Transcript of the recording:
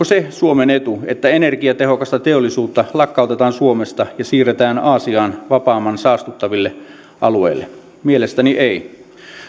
se suomen etu että energiatehokasta teollisuutta lakkautetaan suomesta ja siirretään aasiaan vapaamman saastuttamisen alueille mielestäni ei